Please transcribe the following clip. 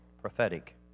prophetic